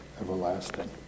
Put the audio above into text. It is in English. everlasting